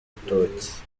rutoki